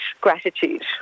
gratitude